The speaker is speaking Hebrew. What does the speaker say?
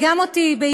וגם אותי,